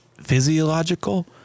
physiological